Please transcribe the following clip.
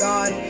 God